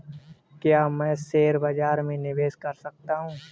क्या मैं शेयर बाज़ार में निवेश कर सकता हूँ?